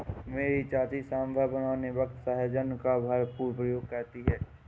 मेरी चाची सांभर बनाने वक्त सहजन का भरपूर प्रयोग करती है